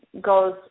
goes